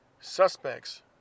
suspects